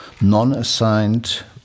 non-assigned